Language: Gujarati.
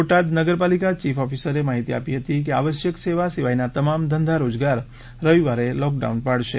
બોટાદ નગરપાલિકા ચીફ ઓફિસરે માહિતી આપી હતી કે આવશ્યક સેવા સિવાયના તમામ ધંધા રોજગાર રવિવારે લોકડાઉન કરશે